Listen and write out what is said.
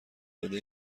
داده